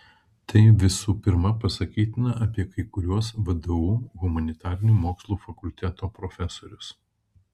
tai visų pirma pasakytina apie kai kuriuos vdu humanitarinių mokslų fakulteto profesorius